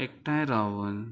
एकठांय रावन